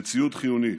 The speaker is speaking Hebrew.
בציוד חיוני.